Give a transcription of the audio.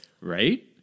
Right